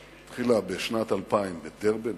והיא התחילה בשנת 2000 בדרבן.